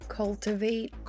cultivate